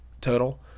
total